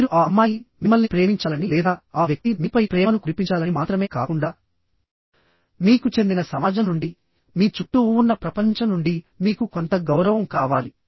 మీరు ఆ అమ్మాయి మిమ్మల్ని ప్రేమించాలని లేదా ఆ వ్యక్తి మీపై ప్రేమను కురిపించాలని మాత్రమే కాకుండా మీకు చెందిన సమాజం నుండి మీ చుట్టూ ఉన్న ప్రపంచం నుండి మీకు కొంత గౌరవం కావాలి